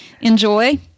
enjoy